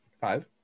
Five